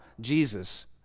Jesus